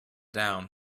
down